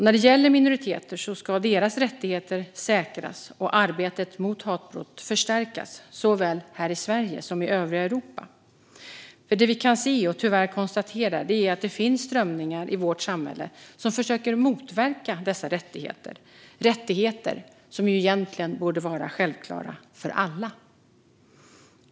När det gäller minoriteter ska deras rättigheter säkras, och arbetet mot hatbrott förstärkas såväl här i Sverige som i övriga Europa. Det som vi kan se och tyvärr konstatera är att det finns strömningar i vårt samhälle som försöker motverka dessa rättigheter, rättigheter som egentligen borde vara självklara för alla.